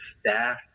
staff